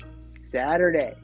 Saturday